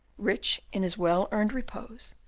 rich in his well-earned repose,